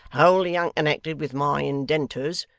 wholly unconnected with my indenters,